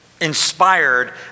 inspired